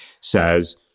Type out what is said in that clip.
says